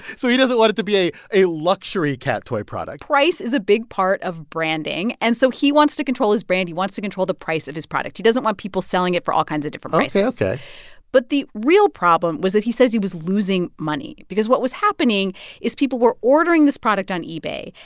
so he doesn't want it to be a a luxury cat toy product price is a big part of branding. and so he wants to control his brand. he wants to control the price of his product. he doesn't want people selling it for all kinds of different prices ok. ok but the real problem was that he says he was losing money because what was happening is people were ordering this product on ebay,